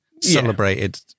celebrated